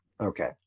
okay